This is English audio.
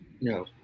No